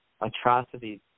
atrocities